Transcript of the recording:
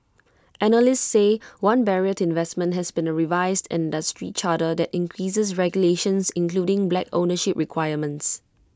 analysts say one barrier to investment has been A revised industry charter that increases regulations including black ownership requirements